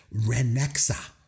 Renexa